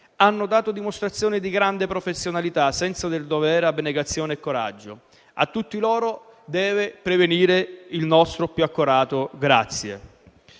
hanno dato dimostrazione di grande professionalità, senso del dovere, abnegazione e coraggio. A tutti loro deve pervenire il nostro più accorato